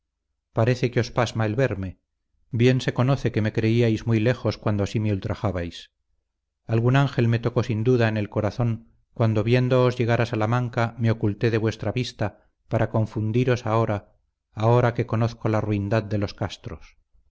parece que os pasma el verme bien se conoce que me creíais muy lejos cuando así me ultrajabais algún ángel me tocó sin duda en el corazón cuando viéndoos llegar a salamanca me oculté de vuestra vista para confundiros ahora ahora que conozco la ruindad de los castros